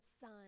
Son